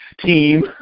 team